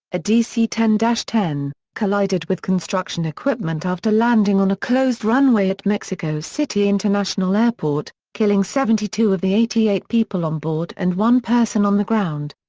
a dc ten ten, collided with construction equipment after landing on a closed runway at mexico city international airport, killing seventy two of the eighty eight people on board and one person on the ground.